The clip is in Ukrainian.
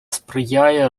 сприяє